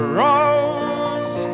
rose